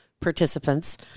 participants